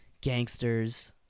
gangsters